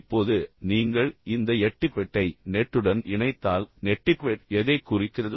இப்போது நீங்கள் இந்த எட்டிக்வெட்டை நெட்டுடன் இணைத்தால் நெட்டிக்வெட் எதைக் குறிக்கிறது